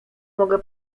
mogę